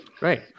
Right